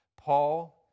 Paul